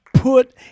Put